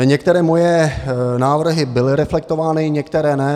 Některé moje návrhy byly reflektovány, některé ne.